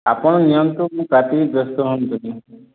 ଆପଣ ନିଅନ୍ତୁ ମୁଁ କାଟିବି ବ୍ୟସ୍ତ ହୁଅନ୍ତୁ ନାହିଁ